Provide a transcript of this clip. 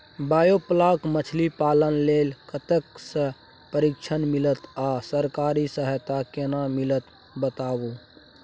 Biofloc मछलीपालन लेल कतय स प्रशिक्षण मिलत आ सरकारी सहायता केना मिलत बताबू?